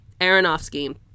aronofsky